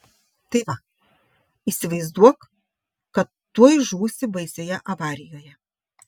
tai va įsivaizduok kad tuoj žūsi baisioje avarijoje